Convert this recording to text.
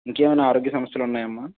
ఇంకేమైనా ఆరోగ్య సమస్యలున్నాయమ్మా